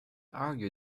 argue